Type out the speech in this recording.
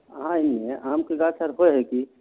ऑ ऐ आमके गाछ आर होइ है की